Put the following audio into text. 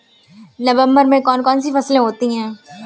नवंबर में कौन कौन सी फसलें होती हैं?